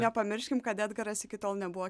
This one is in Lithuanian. nepamirškim kad edgaras iki tol nebuvo